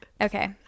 Okay